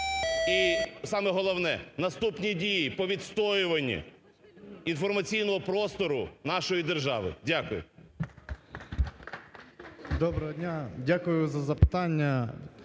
І саме головне, наступні дії по відстоюванню інформаційного простору нашої держави. Дякую. 10:31:08 ТРОЯН В.А. Доброго дня! Дякую за запитання.